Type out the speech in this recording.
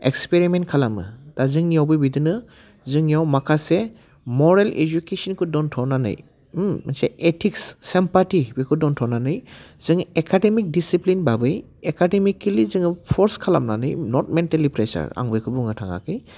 experiment खालामो दा जोंनियावबो बिदिनो जोंनियाव माखासे मरेल इजुकेसनखौ दोनथ'नानै मोनसे एथिक्स सेमपाथि बेखौ दोनथ'नानै जोङो एकाडेमिक डिसिफ्लिन भाबै एकाडेमिकेलि जोङो फर्स खालामनाै नट मेनटेलि फ्रेसार आं बेखौ बुंनो थाङाखै